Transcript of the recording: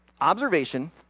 observation